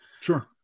Sure